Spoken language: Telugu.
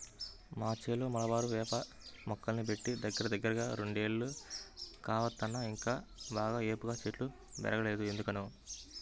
మా చేలో మలబారు వేప మొక్కల్ని బెట్టి దగ్గరదగ్గర రెండేళ్లు కావత్తన్నా ఇంకా బాగా ఏపుగా చెట్లు బెరగలేదు ఎందుకనో